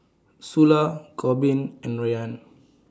Sula Korbin and Ryann